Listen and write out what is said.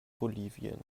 bolivien